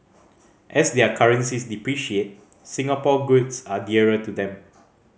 as their currencies depreciate Singapore goods are dearer to them